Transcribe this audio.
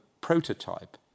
prototype